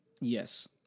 Yes